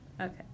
Okay